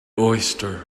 oyster